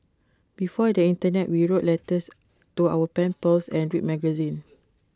before the Internet we wrote letters to our pen pals and read magazines